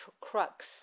crux